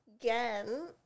again